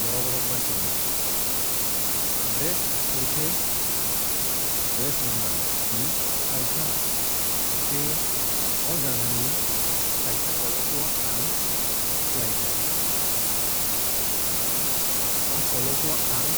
borok rok bai tongo. Barackpore khe west bengal ni kaisa tei o jagani kaisa college o ang khwlaikha. O college o ang